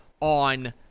on